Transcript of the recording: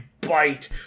bite